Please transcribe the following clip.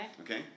Okay